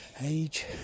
age